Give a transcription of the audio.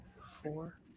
four